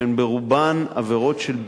שהן רובן עבירות של ביטוי,